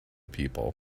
people